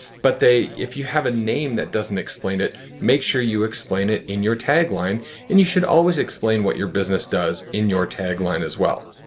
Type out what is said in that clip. but if you have a name that doesn't explain it, make sure you explain it in your tagline and you should always explain what your business does in your tagline as well.